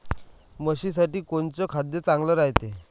म्हशीसाठी कोनचे खाद्य चांगलं रायते?